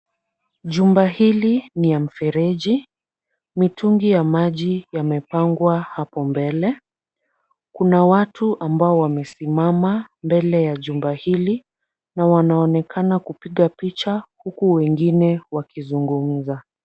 Jumba hili ni ya mfereji. Mitungi ya maji yamepangwa hapo mbele. Kuna watu ambao wamesimama mbele ya jumba hili na wanaonekana kupiga picha huku wengine wakizungumza.